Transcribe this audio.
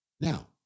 Now